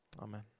Amen